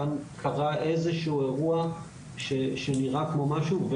כאן קרה איזה שהוא אירוע שנראה כמו משהו.